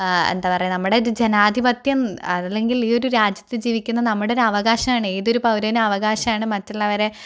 എന്താ പറയുക നമ്മുടെ ജനാധിപത്യം അല്ലെങ്കിൽ ഈ ഒരു രാജ്യത്ത് ജീവിക്കുന്ന നമ്മുടെ ഒരു അവകാശമാണ് ഏതൊരു പൗരനും അവകാശമാണ് മറ്റുള്ളവരെ